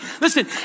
listen